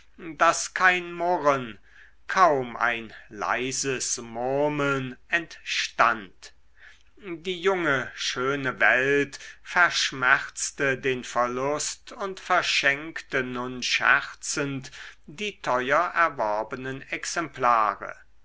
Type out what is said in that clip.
daß kein murren kaum ein leises murmeln entstand die junge schöne welt verschmerzte den verlust und verschenkte nun scherzend die teuer erworbenen exemplare